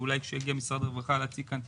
אולי כשיגיע משרד הרווחה להציג כאן,